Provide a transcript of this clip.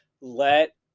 let